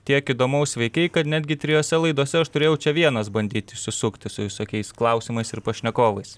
tiek įdomaus veikei kad netgi trijose laidose aš turėjau čia vienas bandyt išsisukti su visokiais klausimais ir pašnekovais